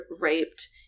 raped